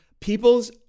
people's